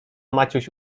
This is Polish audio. maciuś